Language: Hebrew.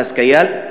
אנס קיאל,